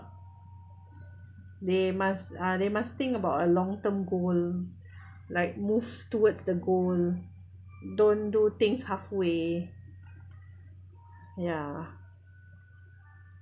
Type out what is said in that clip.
they must uh they must think about a long term goal like move towards the goal don't do things halfway ya